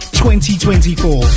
2024